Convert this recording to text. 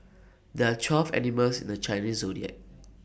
there are twelve animals in the Chinese Zodiac